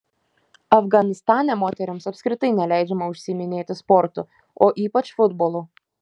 afganistane moterims apskritai neleidžiama užsiiminėti sportu o ypač futbolu